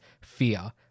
fear